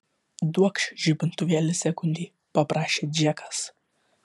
duokš žibintuvėlį sekundei paprašė džekas